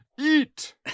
Eat